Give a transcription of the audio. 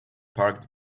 parked